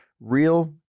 Real